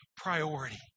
priority